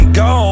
go